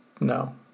no